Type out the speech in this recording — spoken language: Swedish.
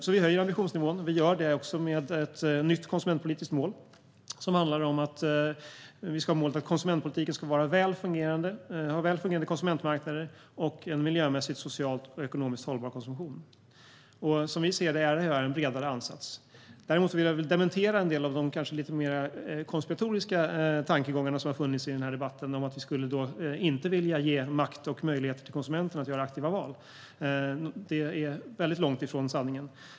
Vi höjer alltså ambitionsnivån, och vi gör det med ett nytt konsumentpolitiskt mål. Vi ska ha målet att konsumentpolitiken ska vara väl fungerande, att vi ska ha välfungerande konsumentmarknader och att vi ska ha en miljömässigt, socialt och ekonomiskt hållbar konsumtion. Som vi ser det är detta en bredare ansats. Däremot vill jag dementera en del av de kanske lite mer konspiratoriska tankegångar som har funnits i debatten om att vi inte skulle vilja ge makt och möjlighet till konsumenterna att göra aktiva val. Det är väldigt långt ifrån sanningen.